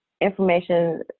Information